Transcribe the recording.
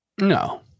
No